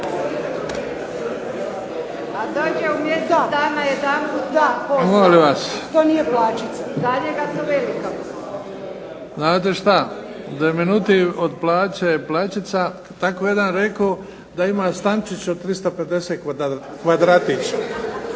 Znate šta, deminutiv od plaće je plaćica. Tako je jedan rekao da ima stančić od 350 kvadratića,